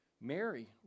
Mary